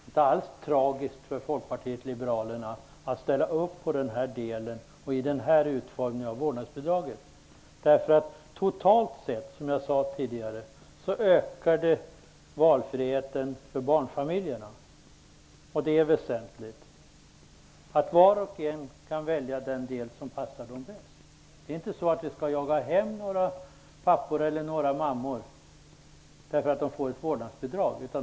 Det är inte alls tragiskt för Folkpartiet liberalerna att ställa upp på den här utformningen av vårdnadsbidraget. Totalt sett, som jag sade tidigare, ökar nämligen valfriheten för barnfamiljerna. Det är väsentligt att var och en kan välja det alternativ som passar dem bäst. Vi skall inte jaga hem några pappor eller mammor bara därför att de får ett vårdnadsbidrag.